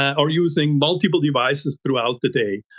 are are using multiple devices throughout the day,